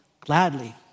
gladly